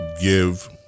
give